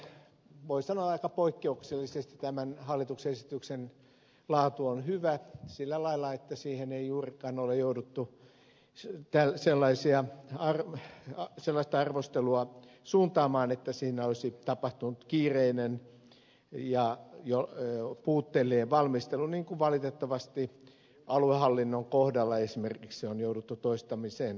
totean että voi sanoa aika poikkeuksellisesti tämän hallituksen esityksen laatu on hyvä sillä lailla että siihen ei juurikaan ole jouduttu sellaista arvostelua suuntaamaan että siinä olisi tapahtunut kiireinen ja puutteellinen valmistelu niin kuin valitettavasti aluehallinnon kohdalla esimerkiksi on jouduttu toistamiseen toteamaan